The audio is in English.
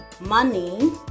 money